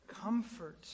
comfort